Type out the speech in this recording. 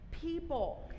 people